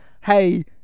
hey